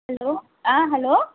hello ஆ hello